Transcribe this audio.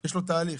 יש תהליך,